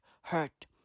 hurt